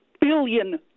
billion